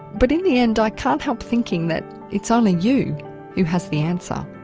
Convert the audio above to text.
but in the end i can't help thinking that it's only you who has the answer.